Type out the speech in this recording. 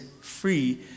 free